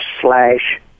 slash